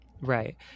Right